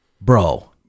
bro